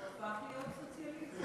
הוא הפך להיות סוציאליסט.